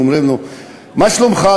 אומרים לו: מה שלומך?